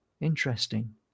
interesting